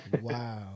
Wow